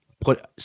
put